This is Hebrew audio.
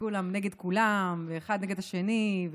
וכולם נגד כולם ואחד נגד השני,